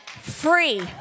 Free